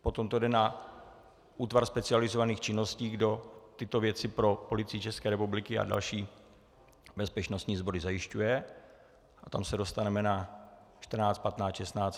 Potom to jde na útvar specializovaných činností, který tyto věci pro Policii České republiky a další bezpečnostní sbory zajišťuje, tam se dostaneme na 14, 15, 16.